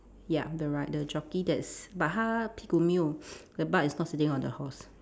ya the ri~ the jockey that's but 他屁股没有 the butt is not sitting on the horse